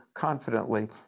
confidently